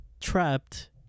trapped